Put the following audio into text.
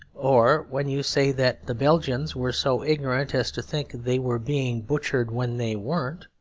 or when you say that the belgians were so ignorant as to think they were being butchered when they weren't,